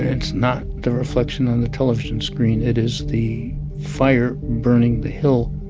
it's not the reflection on the television screen. it is the fire burning the hill